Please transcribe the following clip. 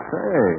Say